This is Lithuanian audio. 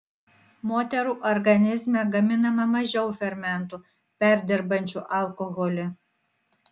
moterų organizme gaminama mažiau fermentų perdirbančių alkoholį